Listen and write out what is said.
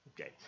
Okay